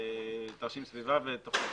תרשים סביבה ותוכנית.